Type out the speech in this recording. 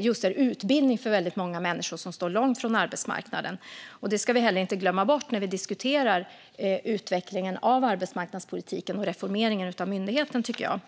just är utbildning för väldigt många människor som står långt från arbetsmarknaden. Det ska vi inte glömma bort när vi diskuterar utvecklingen av arbetsmarknadspolitiken och reformeringen av myndigheten, tycker jag.